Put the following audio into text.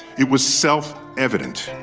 it was self evident.